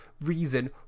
reason